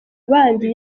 abandi